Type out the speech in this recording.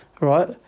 Right